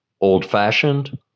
Old-fashioned